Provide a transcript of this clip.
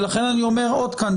לכן אני אומר עוד כאן,